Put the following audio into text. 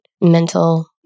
mental